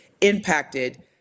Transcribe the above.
impacted